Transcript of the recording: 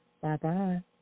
Bye-bye